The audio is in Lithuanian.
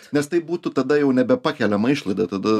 nes tai būtų tada jau nebepakeliama išlaida tada